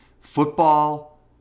football